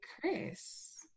Chris